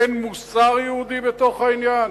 אין מוסר יהודי בתוך העניין?